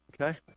okay